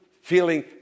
feeling